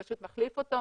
הוא פשוט מחליף אותו.